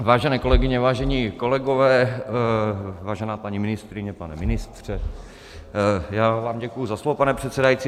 Vážené kolegyně, vážení kolegové, vážená paní ministryně, pane ministře, děkuji vám za slovo, pane předsedající.